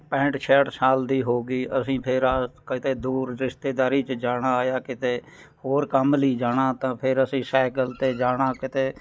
ਪੈਂਹਠ ਛਿਆਹਠ ਸਾਲ ਦੀ ਹੋ ਗਈ ਅਸੀਂ ਫੇਰ ਰਾ ਕਿਤੇ ਦੂਰ ਰਿਸ਼ਤੇਦਾਰੀ 'ਚ ਜਾਣਾ ਜਾਂ ਕਿਤੇ ਹੋਰ ਕੰਮ ਲਈ ਜਾਣਾ ਤਾਂ ਫੇਰ ਅਸੀਂ ਸਾਈਕਲ 'ਤੇ ਜਾਣਾ ਕਿਤੇ